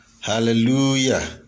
hallelujah